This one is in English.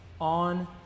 on